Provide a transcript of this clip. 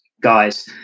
guys